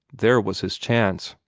there was his chance.